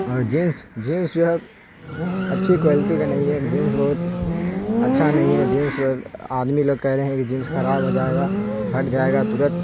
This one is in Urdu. اور جنس جنس جو ہے اچھی کوالٹی کا نہیں ہے جنس بہت اچھا نہیں ہے جنس آدمی لوگ کہہ رہے ہیں کہ جنس خراب ہو جائے گا پھٹ جائے گا ترنت